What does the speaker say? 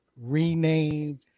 renamed